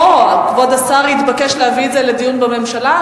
כבוד השר יתבקש להביא את זה לדיון בממשלה.